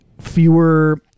fewer